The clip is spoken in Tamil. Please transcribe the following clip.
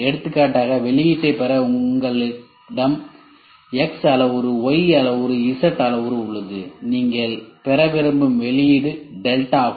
எடுத்துக்காட்டாக வெளியீட்டைப் பெற உங்களிடம் Xஅளவுரு Yஅளவுரு Z அளவுரு உள்ளது நீங்கள் பெற விரும்பும் வெளியீடு டெல்டா ஆகும்